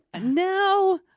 No